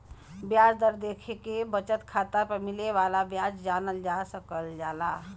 ब्याज दर देखके बचत खाता पर मिले वाला ब्याज जानल जा सकल जाला